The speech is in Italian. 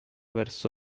verso